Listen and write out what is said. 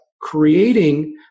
creating